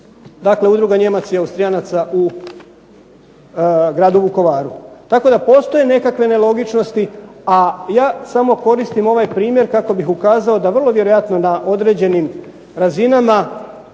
dakle udruga Nijemaca i Austrijanaca u Gradu Vukovaru. Tako da postoje nekakve nelogičnosti, a ja samo koristim ovaj primjer kako bih ukazao da vrlo vjerojatno na određenim razinama